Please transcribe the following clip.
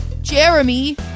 Jeremy